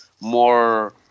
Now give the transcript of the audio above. more